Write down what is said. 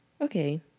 Okay